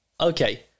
Okay